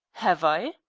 have i?